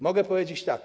Mogę powiedzieć tak.